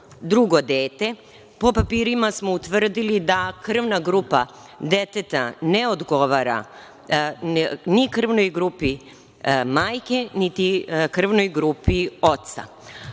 drugo dete, po papirima smo utvrdili da krvna grupa deteta ne odgovara ni krvnoj grupi majke, niti krvnoj grupi